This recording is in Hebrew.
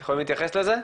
אתם יכולים להתייחס לזה?